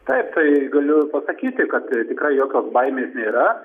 taip tai galiu pasakyti kad tikrai jokios baimės nėra